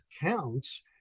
counts